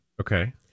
okay